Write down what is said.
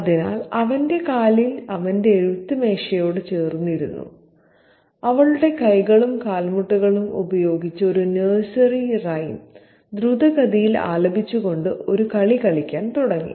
അതിനാൽ അവന്റെ കാലിൽ അവന്റെ എഴുത്ത് മേശയോട് ചേർന്ന് ഇരുന്നു അവളുടെ കൈകളും കാൽമുട്ടുകളും ഉപയോഗിച്ച് ഒരു നഴ്സറി റൈം ദ്രുതഗതിയിൽ ആലപിച്ചുകൊണ്ട് ഒരു കളി കളിക്കാൻ തുടങ്ങി